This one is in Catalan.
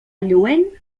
lluent